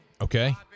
Okay